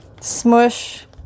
Smush